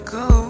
go